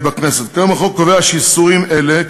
כיום החוק קובע שאיסורים אלה,